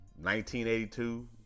1982